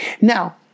Now